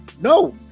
no